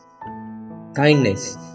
kindness